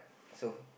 so